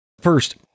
First